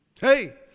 Hey